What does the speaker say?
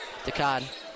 Dakad